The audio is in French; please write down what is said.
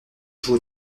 joue